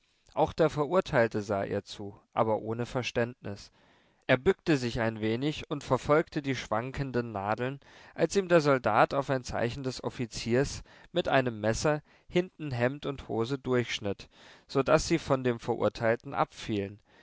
auch der verurteilte sah ihr zu aber ohne verständnis er bückte sich ein wenig und verfolgte die schwankenden nadeln als ihm der soldat auf ein zeichen des offiziers mit einem messer hinten hemd und hose durchschnitt so daß sie von dem verurteilten abfielen